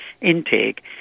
intake